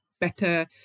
better